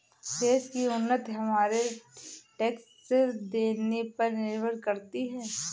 देश की उन्नति हमारे टैक्स देने पर निर्भर करती है